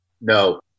No